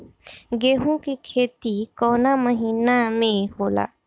गेहूँ के खेती कवना महीना में होला?